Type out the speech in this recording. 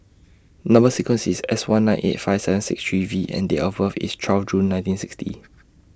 Number sequence IS S one nine eight five seven six three V and Date of birth IS twelve June nineteen sixty